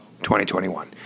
2021